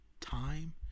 time